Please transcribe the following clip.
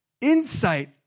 insight